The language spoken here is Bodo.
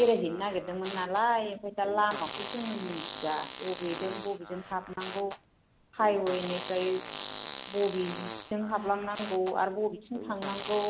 बेरायहैनो नागिरदोंमोन नालाय ओफाय दा लामाखौ जोंङो मोनथिया अबेजों बबेजों हाबनांगौ हाइवेनिफ्राय बबेथिं हाबलांनांगौ आरो बबेथिं थांनांगौ